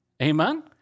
Amen